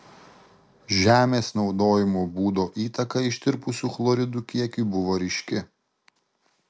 žemės naudojimo būdo įtaka ištirpusių chloridų kiekiui buvo ryški